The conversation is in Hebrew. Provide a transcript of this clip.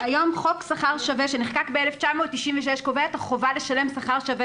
היום חוק שכר שווה שנחקק ב-1996 קובע את החובה לשלם שכר שווה